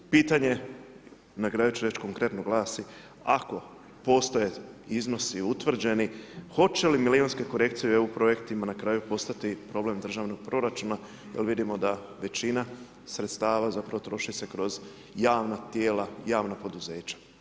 Pitanje, na kraju ću reći konkretno glasi, ako postoje iznosi utvrđeni, hoće li milijunske korekcije u EU projektima na kraju postati problem državnog proračuna, jer vidimo da većina sredstava troši se kroz javna tijela javna poduzeća.